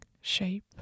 shape